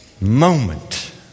moment